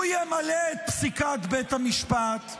הוא ימלא את פסיקת בית המשפט,